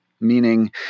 meaning